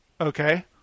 Okay